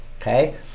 Okay